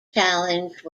challenge